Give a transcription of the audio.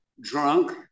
drunk